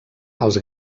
els